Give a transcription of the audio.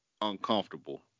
uncomfortable